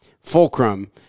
Fulcrum –